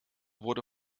wurde